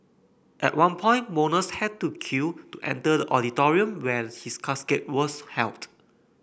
at one point mourners had to queue to enter the auditorium where his casket was held